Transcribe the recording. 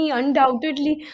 undoubtedly